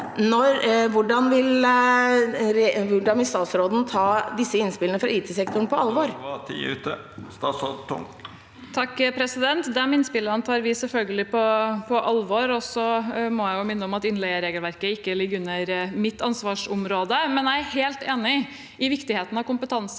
2023. Vil statsråden ta disse innspillene fra IT-sektoren på alvor? Statsråd Karianne O. Tung De innspill- ene tar vi selvfølgelig på alvor, og så må jeg minne om at innleieregelverket ikke ligger under mitt ansvarsområde. Men jeg er helt enig i viktigheten av kompetanse.